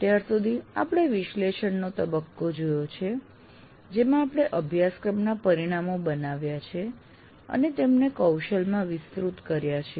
અત્યાર સુધી આપણે વિશ્લેષણનો તબક્કો જોયો છે જેમાં આપણે અભ્યાસક્રમના પરિણામો બનાવ્યા છે અને તેમને કૌશલમાં વિસ્તૃત કર્યા છે